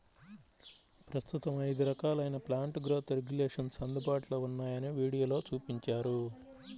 ప్రస్తుతం ఐదు రకాలైన ప్లాంట్ గ్రోత్ రెగ్యులేషన్స్ అందుబాటులో ఉన్నాయని వీడియోలో చూపించారు